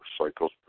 cycles